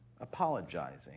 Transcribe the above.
apologizing